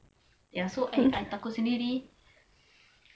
ya so I I takut sendiri